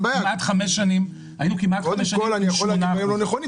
אני יכול להגיד דברים לא נכונים,